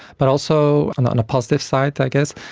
but also, and on a positive side i guess,